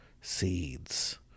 Seeds